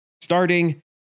starting